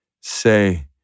say